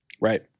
Right